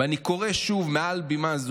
אני קורא שוב מעל בימה זו,